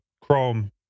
Chrome